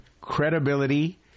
credibility